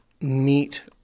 meet